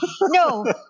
No